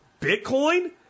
Bitcoin